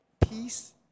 peace